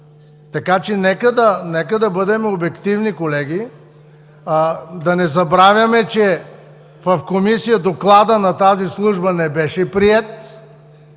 мандатът. Нека да бъдем обективни, колеги, да не забравяме, че в Комисия докладът на тази служба не беше приет